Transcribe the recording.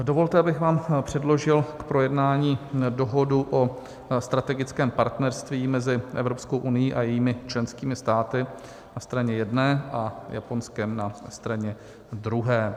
Dovolte, abych vám předložil k projednání Dohodu o strategickém partnerství mezi Evropskou unií a jejími členskými státy na straně jedné a Japonskem na straně druhé.